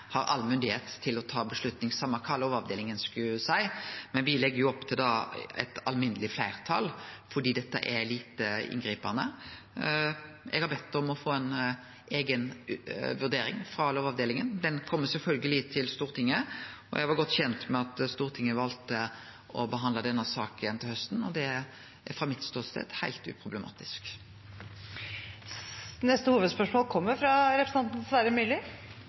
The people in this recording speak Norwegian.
har all myndigheit til å ta ei avgjerd same kva Lovavdelinga skulle seie, men me legg opp til eit alminneleg fleirtal fordi dette er lite inngripande. Eg har bedt om å få ei eiga vurdering frå Lovavdelinga. Den kjem sjølvsagt til Stortinget. Eg var godt kjend med at Stortinget har valt å behandle denne saka til hausten. Det er frå min ståstad heilt uproblematisk. Vi går videre til neste